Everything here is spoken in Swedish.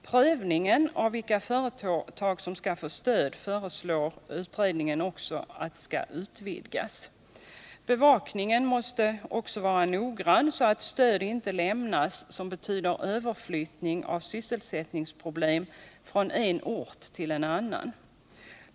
Prövningen av vilka företag som skall få stöd föreslås bli utvidgad. Bevakningen måste vara noggrann, så att stöd inte lämnas som betyder överflyttning av sysselsättningsproblem från en ort till en annan.